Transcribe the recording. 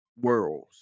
worlds